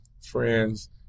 friends